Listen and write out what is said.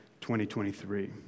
2023